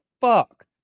fuck